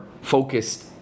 focused